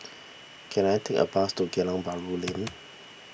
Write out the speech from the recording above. can I take a bus to Geylang Bahru Lane